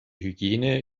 hygiene